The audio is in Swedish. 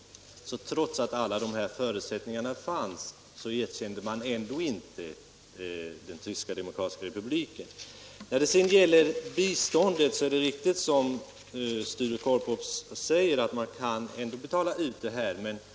Denna blev, trots att alla de nu aktuella förutsättningarna var uppfyllda, ändå inte erkänd. När det sedan gäller biståndet är det riktigt, som Sture Korpås säger, att detta under alla förhållanden kan utbetalas.